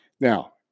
Now